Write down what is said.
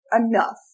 Enough